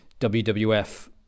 WWF